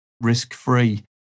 risk-free